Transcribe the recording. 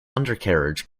undercarriage